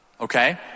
Okay